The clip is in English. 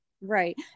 right